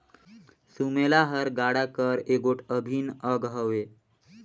सुमेला हर गाड़ा कर एगोट अभिन अग हवे